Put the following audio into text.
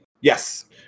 Yes